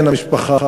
בן המשפחה,